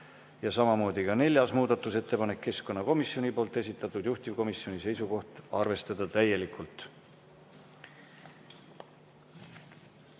Ja samamoodi neljas muudatusettepanek, keskkonnakomisjoni esitatud, juhtivkomisjoni seisukoht: arvestada täielikult.